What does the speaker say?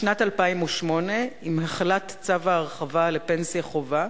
בשנת 2008, עם החלת צו ההרחבה לפנסיה חובה,